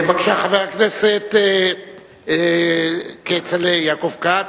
בבקשה, חבר הכנסת כצל'ה, יעקב כץ.